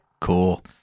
Cool